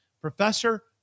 Professor